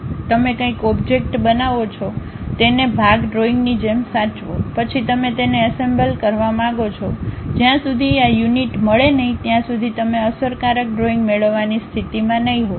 તમે કંઈક ઓબ્જેક્ટ બનાવો છો તેને ભાગ ડ્રોઇંગની જેમ સાચવો પછી તમે તેને એસેમ્બલ કરવા માંગો છો જ્યાં સુધી આ યુનિટ મળે નહીં ત્યાં સુધી તમે અસરકારક ડ્રોઇંગ મેળવવાની સ્થિતિમાં નહીં હોવ